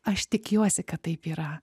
aš tikiuosi kad taip yra